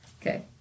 Okay